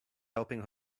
helping